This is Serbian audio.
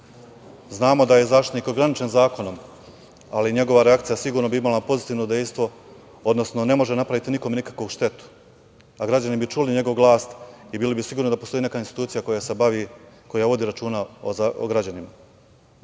Znamo da je Zaštitnik ograničen zakonom, ali njegova reakcija sigurno bi imala pozitivno dejstvo, odnosno ne može napraviti nikome nikakvu štetu, a građani bi čuli njegov glas i bili bi sigurni da postoji neka institucija koja se bavi, koja vodi računa o građanima. Kada